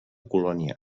colònia